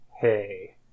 Hey